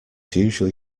usually